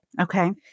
Okay